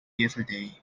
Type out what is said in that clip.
yesterday